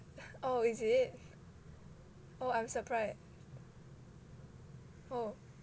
oh is it oh I'm surprised oh